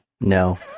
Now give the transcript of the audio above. No